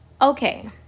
Okay